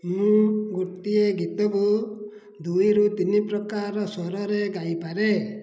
ମୁଁ ଗୋଟିଏ ଗୀତକୁ ଦୁଇ ରୁ ତିନି ପ୍ରକାର ସ୍ୱରରେ ଗାଇପାରେ